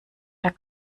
der